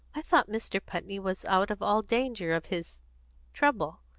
i thought mr. putney was out of all danger of his trouble.